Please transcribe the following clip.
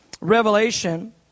revelation